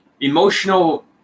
emotional